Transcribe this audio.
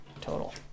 total